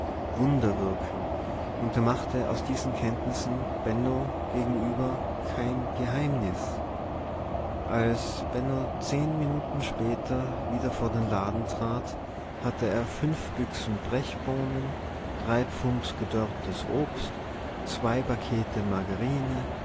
wunder wirken und er machte aus diesen kenntnissen benno gegenüber kein geheimnis als benno zehn minuten später wieder vor dem laden stand hatte er fünf büchsen brechbohnen drei pfund gedörrtes obst zwei pakete margarine